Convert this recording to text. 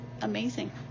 amazing